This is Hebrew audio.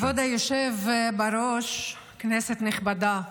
כבוד היושב בראש, כנסת נכבדה,